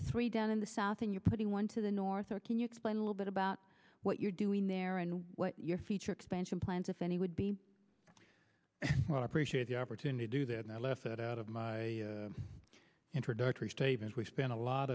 the three down in the south and you're putting one to the north or can you explain a little bit about what you're doing there and what your future expansion plans if any would be appreciate the opportunity to do that and i left it out of my introductory statement we spent a lot